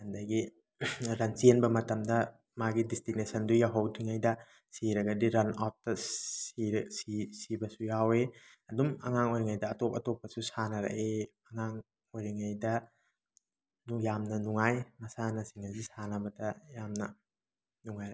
ꯑꯗꯒꯤ ꯔꯟ ꯆꯦꯟꯕ ꯃꯇꯝꯗ ꯃꯥꯒꯤ ꯗꯤꯁꯇꯤꯅꯦꯁꯟꯗꯨ ꯌꯧꯍꯧꯗ꯭ꯔꯤꯉꯩꯗ ꯁꯤꯔꯒꯗꯤ ꯔꯟ ꯑꯥꯥꯎꯠꯇ ꯁꯤꯔꯦ ꯁꯤ ꯁꯤꯕꯁꯨ ꯌꯥꯎꯋꯤ ꯑꯗꯨꯝ ꯑꯉꯥꯡ ꯑꯣꯏꯔꯤꯉꯩꯗ ꯑꯇꯣꯞ ꯑꯇꯣꯞꯄꯁꯨ ꯁꯥꯟꯅꯔꯛꯏ ꯑꯉꯥꯡ ꯑꯣꯏꯔꯤꯉꯩꯗ ꯑꯗꯨ ꯌꯥꯝꯅ ꯅꯨꯡꯉꯥꯏ ꯃꯁꯥꯟꯅꯁꯤꯡ ꯑꯁꯤ ꯁꯥꯟꯅꯕꯗ ꯌꯥꯝꯅ ꯅꯨꯡꯉꯥꯏꯔꯛꯏ